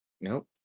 Nope